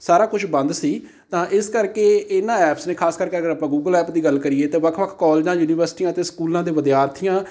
ਸਾਰਾ ਕੁਛ ਬੰਦ ਸੀ ਤਾਂ ਇਸ ਕਰਕੇ ਇਹਨਾਂ ਐਪਸ ਨੇ ਖਾਸ ਕਰਕੇ ਅਗਰ ਆਪਾਂ ਗੂਗਲ ਐਪ ਦੀ ਗੱਲ ਕਰੀਏ ਤਾਂ ਵੱਖ ਵੱਖ ਕੋਲੇਜਾਂ ਯੂਨੀਵਰਸਿਟੀਆਂ ਅਤੇ ਸਕੂਲਾਂ ਦੇ ਵਿਦਿਆਰਥੀਆਂ